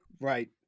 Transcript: Right